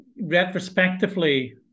retrospectively